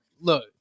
Look